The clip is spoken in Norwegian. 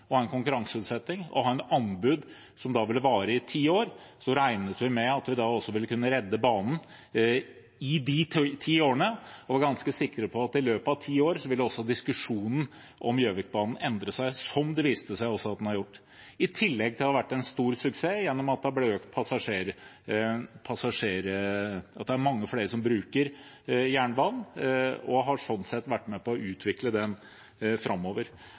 å ha en konkurranseutsetting og et anbud som ville vare i ti år. Vi var ganske sikre på at i løpet av ti år ville også diskusjonen om Gjøvikbanen endre seg, som det også viste seg at den gjorde. I tillegg til å være en stor suksess gjennom at det var mange flere som bruker jernbanen, har man slik sett vært med på å utvikle den framover.